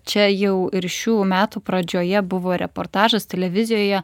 čia jau ir šių metų pradžioje buvo reportažas televizijoje